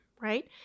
right